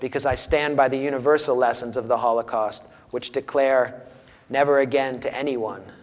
because i stand by the universal lessons of the holocaust which declare never again to anyone